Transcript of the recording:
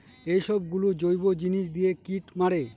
এইসব গুলো জৈব জিনিস দিয়ে কীট মারে